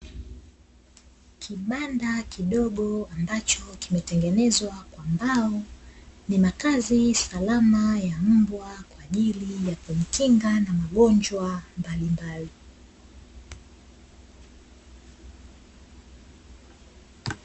Kibanda kidogo ambacho kimetengenezwa kwa mbao ni makazi salama ya mbwa kwa ajili ya kujikinga na magonjwa mbalimbali.